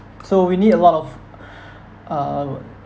so we need a lot of um